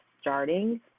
starting